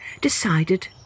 decided